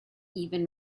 even